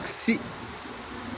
आग्सि